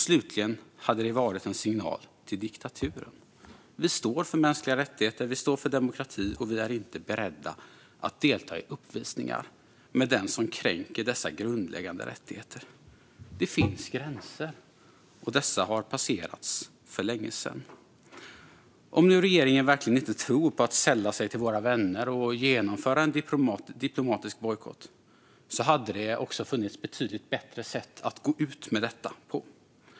Slutligen hade det varit en signal till diktaturen. Vi står för mänskliga rättigheter. Vi står för demokrati. Vi är inte beredda att delta i uppvisningar med den som kränker dessa grundläggande rättigheter. Det finns gränser, och dessa har passerats för länge sedan. Om nu regeringen verkligen inte tror på att sälla sig till våra vänner och genomföra en diplomatisk bojkott hade det funnits betydligt bättre sätt att gå ut med detta.